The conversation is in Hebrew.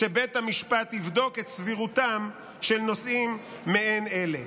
שבית משפט יבדוק את סבירותם של נושאים מעין אלה".